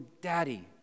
Daddy